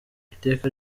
iteka